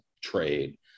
trade